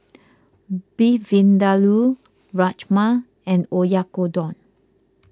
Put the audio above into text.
Beef Vindaloo Rajma and Oyakodon